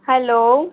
hello